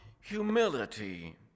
humility